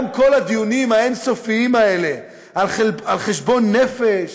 גם כל הדיונים האין-סופיים האלה על חשבון נפש,